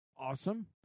Awesome